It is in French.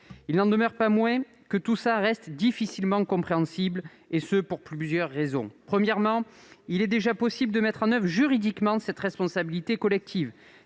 Il n'en demeure pas moins que tout cela reste difficilement compréhensible, et ce pour plusieurs raisons. Premièrement, il est déjà possible de mettre en oeuvre juridiquement cette responsabilité collective.